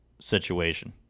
situation